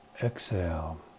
exhale